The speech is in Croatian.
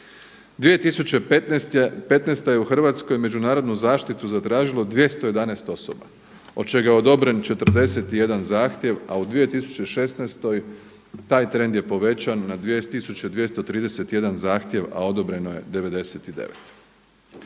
2015. je u Hrvatskoj međunarodnu zaštitu zatražilo 211 osoba od čega je odobren 41 zahtjev, a u 2016. taj trend je povećan na 2231 zahtjev a odobreno je 99.